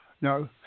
no